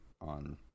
on